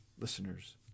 listeners